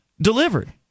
delivered